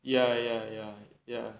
ya ya ya ya